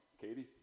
Katie